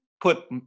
put